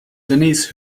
denise